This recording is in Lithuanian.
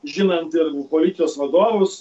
žinant ir policijos vadovus